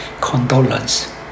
condolence